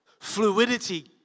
fluidity